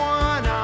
one